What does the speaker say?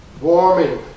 warming